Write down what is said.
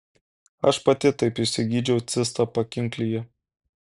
aš pati taip išsigydžiau cistą pakinklyje